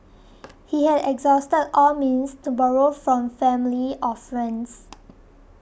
he had exhausted all means to borrow from family or friends